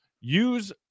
use